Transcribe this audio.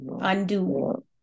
undo